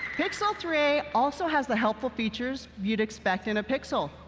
pixel three a also has the helpful features you'd expect in a pixel.